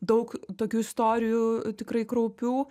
daug tokių istorijų tikrai kraupių